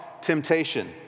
temptation